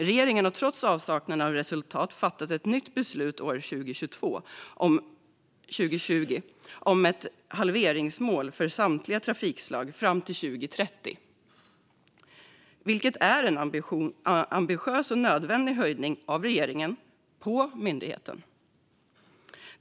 Regeringen fattade trots avsaknaden av resultat ett nytt beslut 2020 om ett halveringsmål för samtliga trafikslag fram till 2030. Det är en ambitiös och nödvändig höjning av regeringen på myndigheten.